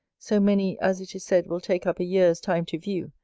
so many as it is said will take up a year's time to view,